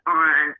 on